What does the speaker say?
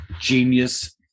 genius